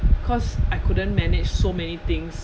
cause I couldn't manage so many things